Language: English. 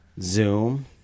zoom